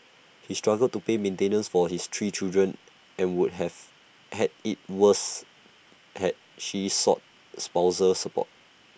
he struggled to pay maintenance for his three children and would have had IT worse had she sought spousal support